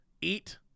eat